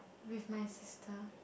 with my sister